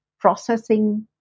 processing